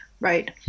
right